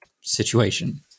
situation